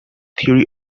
theory